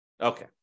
Okay